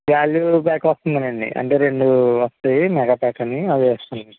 value pack వస్తుంది లేండి అంటే రెండు వస్తాయి మెగా ప్యాక్ అని అవేసుకోండి